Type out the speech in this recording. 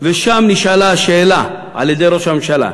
ושם נשאלה השאלה על-ידי ראש הממשלה: